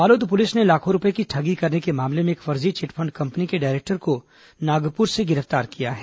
Balod police ने लाखों रूपये की ठगी करने के मामले में एक फर्जी चिटफंड कंपनी के डायरेक्टर को नागपुर से गिरफ्तार किया है